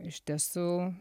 iš tiesų